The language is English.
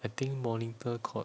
I think monitor called